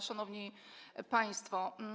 Szanowni Państwo!